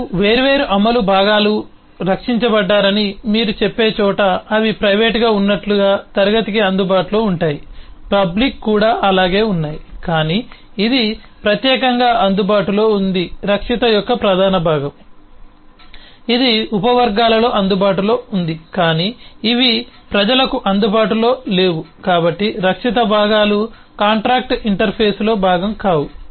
మీరు వేర్వేరు అమలు భాగాలు రక్షించబడ్డారని మీరు చెప్పే చోట అవి ప్రైవేటుగా ఉన్నట్లుగా క్లాస్ కి అందుబాటులో ఉంటాయి పబ్లిక్ కూడా అలాగే ఉన్నాయి కానీ ఇది ప్రత్యేకంగా అందుబాటులో ఉంది రక్షిత యొక్క ప్రధాన భాగం ఇది ఉపవర్గాలకు అందుబాటులో ఉంది కానీ ఇవి ప్రజలకు అందుబాటులో లేవు కాబట్టి రక్షిత భాగాలు కాంట్రాక్టు ఇంటర్ఫేస్ లో భాగం కావు